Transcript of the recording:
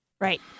Right